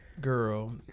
Girl